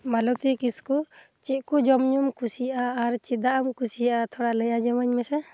ᱢᱟᱞᱚᱛᱤ ᱠᱤᱥᱠᱩ ᱪᱮᱫ ᱠᱚ ᱡᱚᱢ ᱧᱩᱢ ᱠᱩᱥᱤᱭᱟᱜᱼᱟ ᱟᱨ ᱪᱮᱫᱟᱜ ᱮᱢ ᱠᱩᱥᱤᱭᱟᱜᱼᱟ ᱛᱷᱚᱲᱟ ᱞᱟᱹᱭ ᱟᱸᱡᱚᱢᱟᱹᱧ ᱢᱮᱥᱮ